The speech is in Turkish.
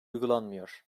uygulanmıyor